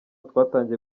twatangiye